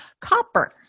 Copper